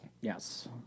Yes